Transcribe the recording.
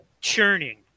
churning